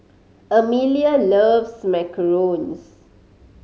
Emilia loves macarons